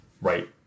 Right